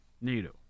NATO